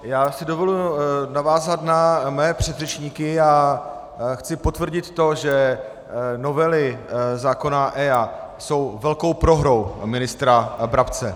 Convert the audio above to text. Já si dovoluji navázat na své předřečníky a chci potvrdit to, že novely zákona EIA jsou velkou prohrou ministra Brabce.